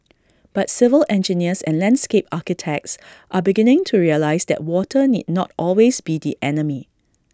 but civil engineers and landscape architects are beginning to realise that water need not always be the enemy